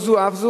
לא זו אף זו,